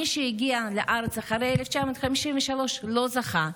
מי שהגיע לארץ אחרי 1953 לא זכה.